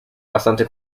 bastante